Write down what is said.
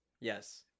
yes